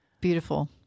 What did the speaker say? Beautiful